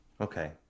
Okay